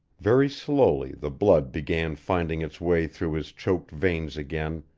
very slowly the blood began finding its way through his choked veins again,